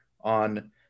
on